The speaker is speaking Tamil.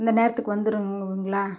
அந்த நேரத்துக்கு வந்துடுவிங்களா